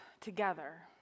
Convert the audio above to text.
together